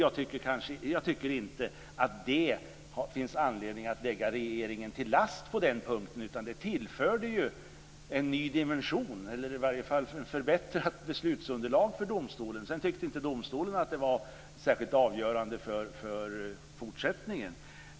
Jag tycker inte att det finns anledning att lägga regeringen någonting till last på den punkten, utan det förbättrade beslutsunderlaget för domstolen. Sedan tyckte inte domstolen att det var särskilt avgörande för fortsättningen.